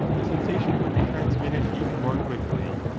the sensation would be transmitted even more quickly.